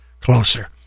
closer